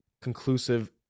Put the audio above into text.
conclusive